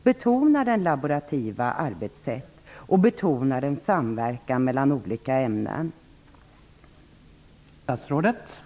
Kommer laborativa arbetssätt och samverkan mellan olika ämnen att betonas?